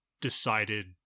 decided